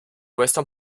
western